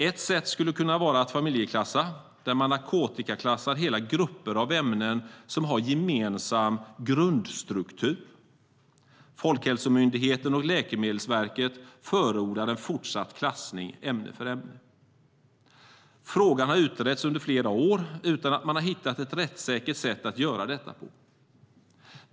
Ett sätt skulle kunna vara att familjeklassa hela narkotikaklassade grupper av ämnen som har gemensam grundstruktur. Folkhälsomyndigheten och Läkemedelsverket förordar en fortsatt klassning ämne för ämne. Frågan har utretts under flera år utan att man hittat ett rättssäkert sätt att göra detta på.